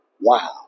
wow